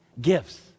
Gifts